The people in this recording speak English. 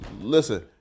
listen